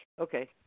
Okay